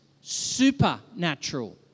supernatural